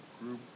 group